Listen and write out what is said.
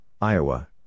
Iowa